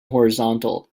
horizontal